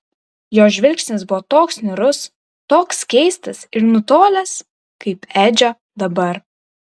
jo žvilgsnis buvo toks niūrus toks keistas ir nutolęs kaip edžio dabar